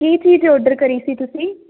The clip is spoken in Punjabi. ਕੀ ਚੀਜ਼ ਔਡਰ ਕਰੀ ਸੀ ਤੁਸੀਂ